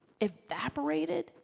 Evaporated